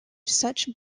such